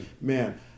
man